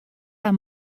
har